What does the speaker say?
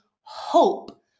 hope